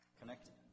connected